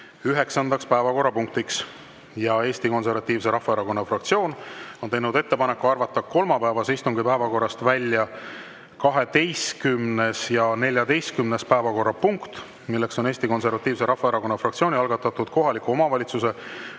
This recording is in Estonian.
istungi 9. päevakorrapunktiks. Ja Eesti Konservatiivse Rahvaerakonna fraktsioon on teinud ettepaneku arvata kolmapäevase istungi päevakorrast välja 12. ja 14. päevakorrapunkt, milleks on Eesti Konservatiivse Rahvaerakonna fraktsiooni algatatud kohaliku omavalitsuse